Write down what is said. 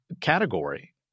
category